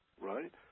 Right